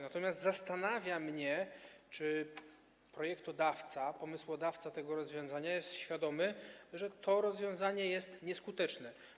Natomiast zastanawia mnie, czy projektodawca, pomysłodawca tego rozwiązania jest świadomy, że to rozwiązanie jest nieskuteczne.